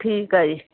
ਠੀਕ ਆ ਜੀ